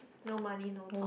no money no talk